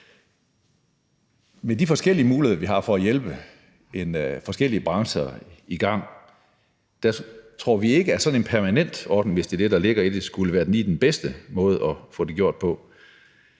Med de forskellige muligheder, vi har, for at hjælpe forskellige brancher i gang tror vi ikke, at sådan en permanent ordning – hvis det er det, der ligger i det – er den bedste måde at gøre det på.